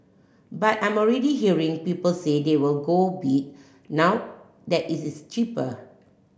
but I'm already hearing people say they will go bid now that it is cheaper